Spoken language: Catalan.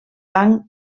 banc